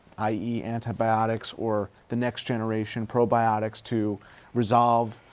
i e. antibiotics, or the next generation, probiotics, to resolve